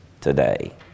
today